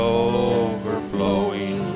overflowing